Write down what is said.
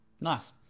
Nice